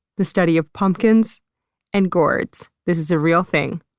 the study of pumpkins and gourds. this is a real thing.